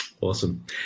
Awesome